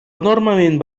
enormement